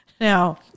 now